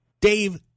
Dave